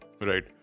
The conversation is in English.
Right